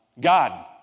God